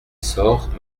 sort